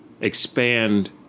expand